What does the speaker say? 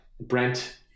Brent